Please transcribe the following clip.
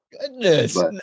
Goodness